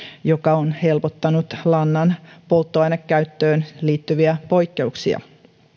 joka on helpottanut lannan polttoainekäyttöön liittyviä poikkeuksia